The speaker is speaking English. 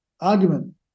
argument